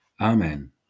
Amen